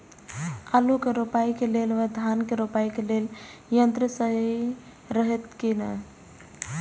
आलु के रोपाई के लेल व धान के रोपाई के लेल यन्त्र सहि रहैत कि ना?